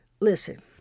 Listen